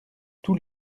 tous